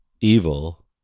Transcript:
evil